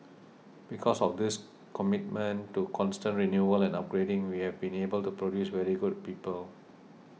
because of this commitment to constant renewal and upgrading we have been able to produce very good people